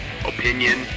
opinion